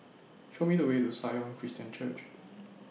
Show Me The Way to Sion Christian Church